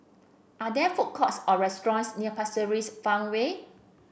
are there food courts or restaurants near Pasir Ris Farmway